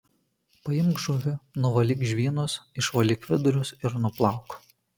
paimk žuvį nuvalyk žvynus išvalyk vidurius ir nuplauk